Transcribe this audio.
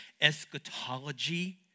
eschatology